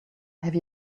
have